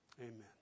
Amen